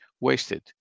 wasted